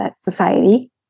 Society